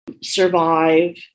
survive